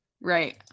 right